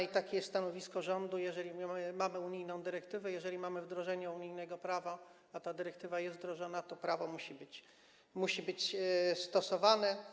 I takie jest stanowisko rządu: jeżeli mamy unijną dyrektywę, jeżeli mamy wdrożenie unijnego prawa, a ta dyrektywa jest wdrożona, to prawo musi być stosowane.